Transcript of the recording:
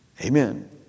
Amen